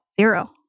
Zero